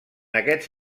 aquests